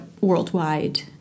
worldwide